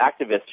activists